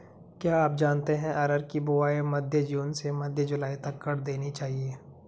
क्या आप जानते है अरहर की बोआई मध्य जून से मध्य जुलाई तक कर देनी चाहिये?